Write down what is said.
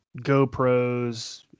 GoPros